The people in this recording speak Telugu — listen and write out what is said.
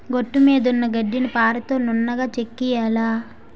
గట్టుమీదున్న గడ్డిని పారతో నున్నగా చెక్కియ్యాల